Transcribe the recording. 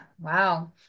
Wow